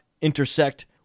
intersect